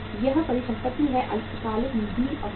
इस परिसंपत्ति में अल्पावधि निधि अवरुद्ध है